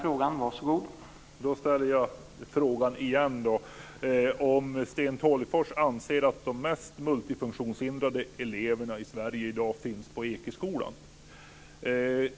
Herr talman! Jag ställer frågan en gång till. Anser Sten Tolgfors att de mest multifunktionshindrade eleverna i Sverige i dag finns på Ekeskolan?